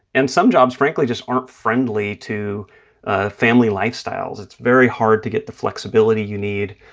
and some jobs, frankly, just aren't friendly to family lifestyles. it's very hard to get the flexibility you need,